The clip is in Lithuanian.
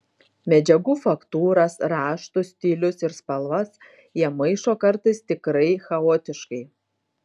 medžiagų faktūras raštus stilius ir spalvas jie maišo kartais tikrai chaotiškai